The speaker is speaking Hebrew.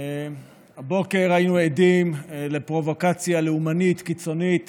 הבוקר היינו עדים לפרובוקציה לאומנית קיצונית